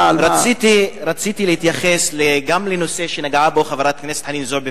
רציתי להתייחס גם לנושא שנגעה בו חברת הכנסת חנין זועבי,